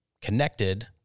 connected